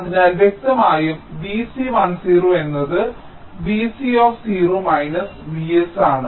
അതിനാൽ വ്യക്തമായും Vc10 എന്നത് Vc Vs ആണ്